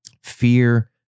Fear